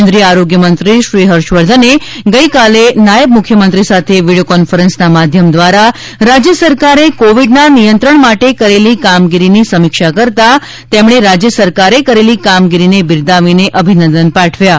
કેન્દ્રીય આરોગ્ય મંત્રીશ્રી હર્ષવર્ધને ગઇકાલે નાયબ મુખ્યમંત્રી સાથે વીડિયો કોન્ફરન્સના માધ્યમ દ્વારા રાજ્યસરકારે કોવિડના નિયંત્રણ માટે કરેલી કામગીરીની સમીક્ષા કરતાં તેમણે રાજ્ય સરકારે કરેલી કામગીરીને બિરદાવીને અભિનંદન પાઠવ્યા હતા